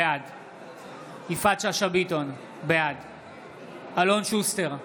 בעד יפעת שאשא ביטון, בעד אלון שוסטר,